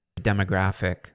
demographic